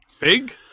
big